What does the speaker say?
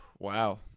wow